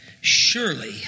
surely